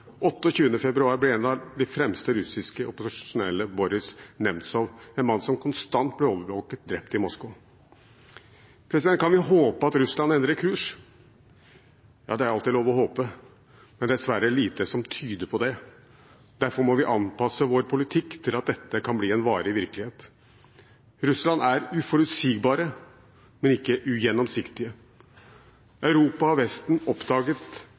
februar ble en av de fremste russiske opposisjonelle, Boris Nemtsov, en mann som konstant ble overvåket, drept i Moskva. Kan vi håpe at Russland endrer kurs? Ja, det er alltid lov å håpe, men det er dessverre lite som tyder på det. Derfor må vi anpasse vår politikk til at dette kan bli en varig virkelighet. Russland er uforutsigbar, men ikke ugjennomsiktig. Europa og Vesten oppdaget